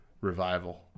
revival